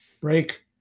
break